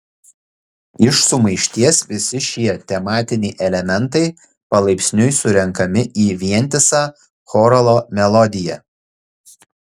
iš sumaišties visi šie tematiniai elementai palaipsniui surenkami į vientisą choralo melodiją